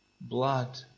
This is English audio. blood